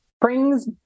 brings